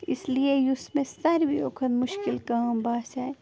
اس لیے یُس مےٚ سارِوِیو کھۄتہٕ مُشکِل کٲم باسے